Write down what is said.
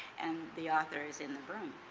and the authors in the room.